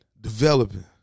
developing